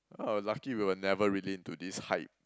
lucky we were never really into this hype